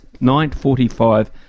9.45